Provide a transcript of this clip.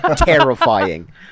terrifying